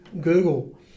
Google